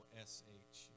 S-H